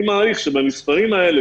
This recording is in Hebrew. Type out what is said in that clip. אני מעריך שבמספרים האלה,